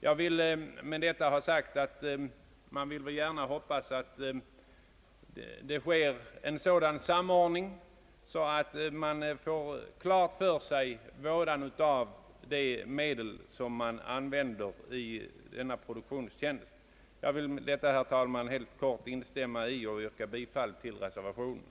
Jag vill med detta ha sagt, att man gärna vill hoppas att det kommer till stånd en sådan samordning i medvetande om vådan av de medel som används i produktionens tjänst. Herr talman! Jag instämmer i de i reservationen framförda synpunkterna och ber att få yrka bifall till denna.